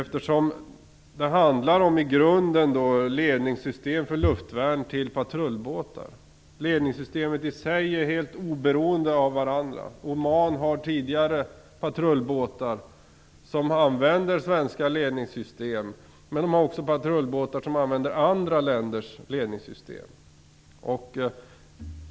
I grunden handlar detta om ledningssystem för luftvärn till patrullbåtar. Ledningssystemen i sig är helt oberoende av varandra. Oman har sedan tidigare patrullbåtar på vilka man använder svenska ledningssystem, men där finns också patrullbåtar på vilka man använder andra länders ledningssystem.